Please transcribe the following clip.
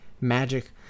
magic